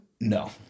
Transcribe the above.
No